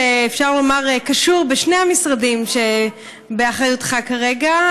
שאפשר לומר קשור בשני המשרדים שבאחריותך כרגע,